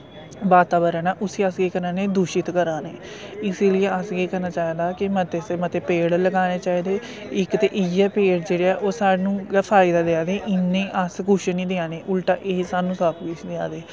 वातावरण ऐ उस्सी अस केह् करा ने दूशित करा ने इसीलिए असें केह् करना चाहिदा के मते से मते पेड़ लगाने चाहिदे इक ते इयै पेड़ जेह्ड़े ऐ ओह् साह्नू गै फायदा देआ दे इन्ने अस कुश निं देआ ने उल्टा एह् साह्नू सब कुश देआ दे